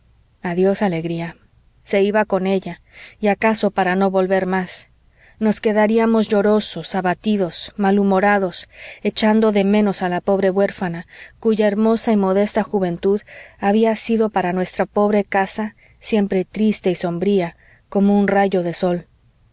adiós alegría se iba con ella y acaso para no volver más nos quedaríamos llorosos abatidos malhumorados echando de menos a la pobre huérfana cuya hermosa y modesta juventud había sido para nuestra pobre casa siempre triste y sombría como un rayo de sol